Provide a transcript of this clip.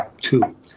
two